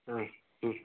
ಹಾಂ ಹ್ಞೂ